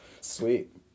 Sweet